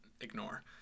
ignore